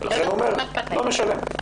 לכן הוא אומר: לא משלם.